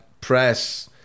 press